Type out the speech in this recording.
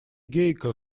гейка